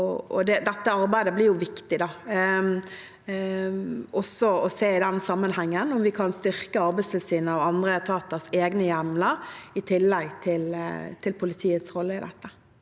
dette arbeidet blir viktig. Vi skal også i den sammenhengen se om vi kan styrke Arbeidstilsynet og andre etaters egne hjemler, i tillegg til politiets rolle i dette.